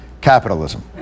capitalism